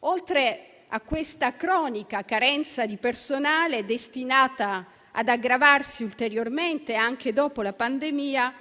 Oltre a questa cronica carenza di personale, destinata ad aggravarsi ulteriormente dopo la pandemia,